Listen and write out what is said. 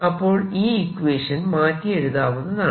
അപ്പോൾ ഈ ഇക്വേഷൻ മാറ്റി എഴുതാവുന്നതാണ്